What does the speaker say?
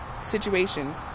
situations